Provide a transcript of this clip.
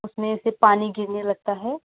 उसमें से पानी गिरने लगता है